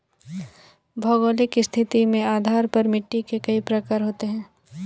भौगोलिक स्थिति के आधार पर मिट्टी के कई प्रकार होते हैं